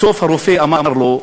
בסוף הרופא אמר לו: